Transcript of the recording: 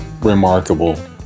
remarkable